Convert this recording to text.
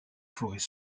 forêts